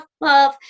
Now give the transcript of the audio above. love